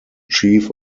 chief